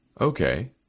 Okay